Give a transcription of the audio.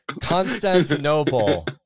Constantinople